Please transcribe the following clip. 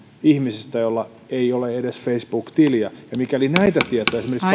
ihmisistä joilla ei edes ole facebook tiliä ja mikäli näitä tietoja esimerkiksi